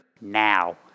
now